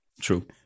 True